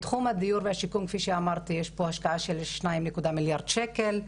בתחום הדיור והשיכון כפי שאמרתי יש פה השקעה של שני מיליארד שקל,